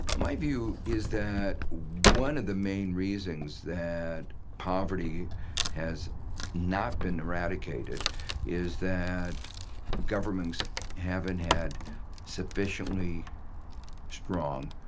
my view is that, one of the main reasons that poverty has not been eradicated is that governments haven't had sufficiently strong,